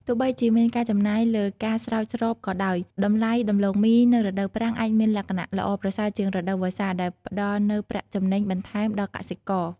ទោះបីជាមានការចំណាយលើការស្រោចស្រពក៏ដោយ តម្លៃដំឡូងមីនៅរដូវប្រាំងអាចមានលក្ខណៈល្អប្រសើរជាងរដូវវស្សា ដែលផ្តល់នូវប្រាក់ចំណេញបន្ថែមដល់កសិករ។